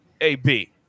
AB